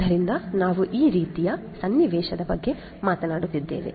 ಆದ್ದರಿಂದ ನಾವು ಈ ರೀತಿಯ ಸನ್ನಿವೇಶದ ಬಗ್ಗೆ ಮಾತನಾಡುತ್ತಿದ್ದೇವೆ